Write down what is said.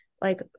like-